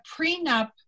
prenup